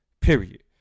Period